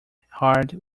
hard